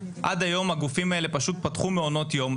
עד היום הגופים האלה פשוט פתחו מעונות יום.